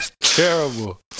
Terrible